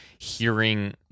hearing